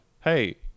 hey